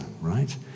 right